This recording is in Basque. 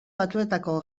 batuetako